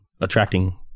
attracting